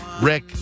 rick